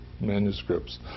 manuscripts